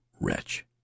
wretch